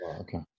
okay